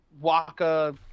Waka